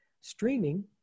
streaming